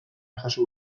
jaso